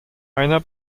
heiner